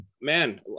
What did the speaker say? man